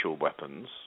weapons